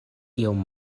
iom